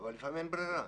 אבל לפעמים אין ברירה.